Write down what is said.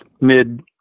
mid